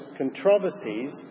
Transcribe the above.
controversies